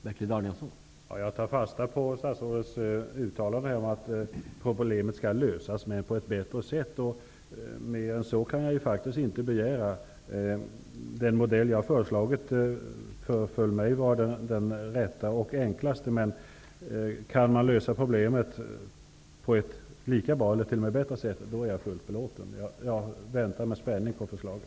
Herr talman! Jag tar fasta på statsrådets uttalande om att problemet skall lösas på ett bättre sätt. Mer än så kan jag faktiskt inte begära. För mig var den modell som jag föreslog den rätta och enklaste. Men om man kan lösa problemet på ett lika bra och t.o.m. på ett bättre sätt är jag fullt belåten. Jag väntar med spänning på förslaget.